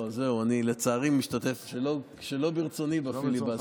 לא, זהו, לצערי, אני משתתף שלא ברצוני בפיליבסטר.